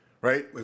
Right